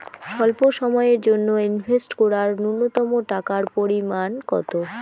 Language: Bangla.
স্বল্প সময়ের জন্য ইনভেস্ট করার নূন্যতম টাকার পরিমাণ কত?